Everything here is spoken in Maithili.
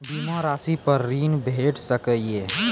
बीमा रासि पर ॠण भेट सकै ये?